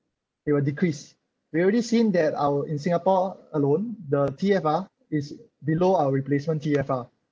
it will decrease we already seen that our in singapore alone the T_F_R is below our replacement T_F_R